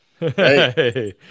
Hey